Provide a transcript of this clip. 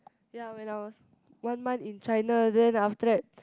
ya when I was one month in China then after that